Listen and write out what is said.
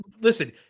Listen